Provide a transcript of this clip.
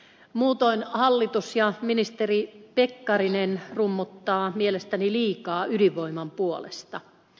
muutoin hallitus ja ministeri pekkarinen rummuttavat mielestäni liikaa ydinvoiman puolesta